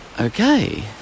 Okay